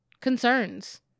concerns